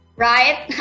Right